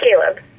Caleb